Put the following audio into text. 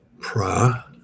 Pra